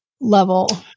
level